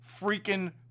freaking